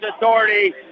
Authority